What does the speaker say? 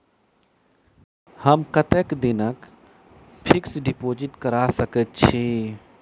हम कतेक दिनक फिक्स्ड डिपोजिट करा सकैत छी?